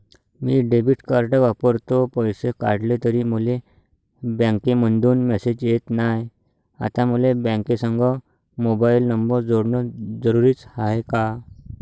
मी debit card वापरतो, पैसे काढले तरी मले बँकेमंधून मेसेज येत नाय, आता मले बँकेसंग मोबाईल नंबर जोडन जरुरीच हाय का?